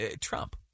Trump